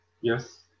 yes